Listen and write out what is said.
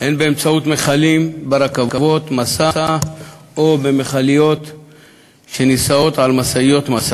הן באמצעות מכלים ברכבות משא או במכליות שנישאות על משאיות.